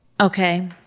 Okay